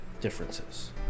differences